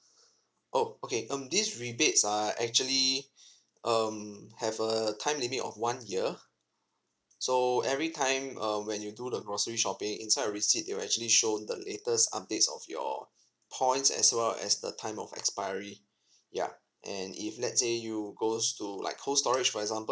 oh okay um this rebates are actually um have a time limit of one year so every time um when you do the grocery shopping inside your receipt it will actually show the latest updates of your points as well as the time of expiry ya and if let's say you goes to like cold storage for example